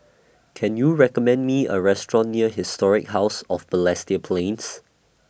Can YOU recommend Me A Restaurant near Historic House of Balestier Plains